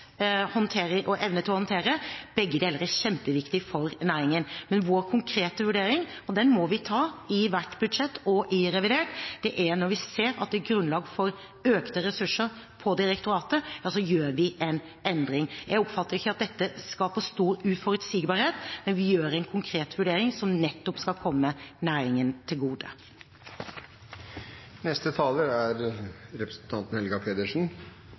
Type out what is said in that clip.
evne til å håndtere planprosessen. Begge deler er kjempeviktig for næringen. Men vår konkrete vurdering – og den må vi ta i hvert budsjett og i revidert – er at når vi ser at det er grunnlag for økte ressurser til direktoratet, ja så foretar vi en endring. Jeg oppfatter ikke at dette skaper stor uforutsigbarhet, men vi foretar en konkret vurdering som nettopp skal komme næringen til